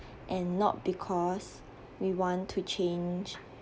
and not because we want to change